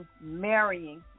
marrying